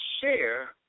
share